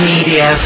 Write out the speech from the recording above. Media